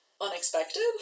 unexpected